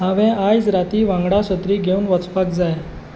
हांवें आयज रातीं वांगडा सत्री घेवन वचपाक जाय